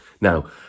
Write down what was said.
Now